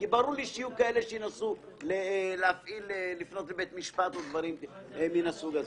כי ברור לי שיהיו כאלה שינסו לפנות לבית משפט או דברים מהסוג הזה.